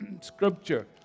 scripture